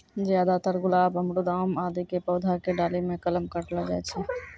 ज्यादातर गुलाब, अमरूद, आम आदि के पौधा के डाली मॅ कलम काटलो जाय छै